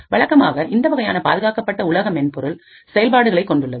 வழக்கமாக இந்த வகையான பாதுகாக்கப்பட்ட உலக மென்பொருள் செயல்பாடுகளை கொண்டுள்ளது